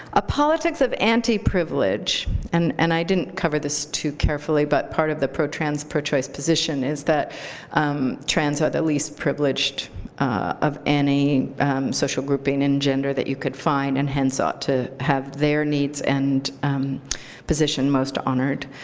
a politics of anti-privilege and and i didn't cover this too carefully, but part of the pro-trans, pro-choice position is that trans are the least privileged of any social grouping and gender that you could find, and hence ought to have their needs and position most honored.